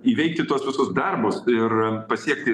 įveikti tuos visus darbus ir pasiekti